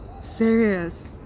serious